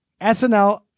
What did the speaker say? SNL